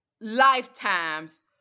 lifetimes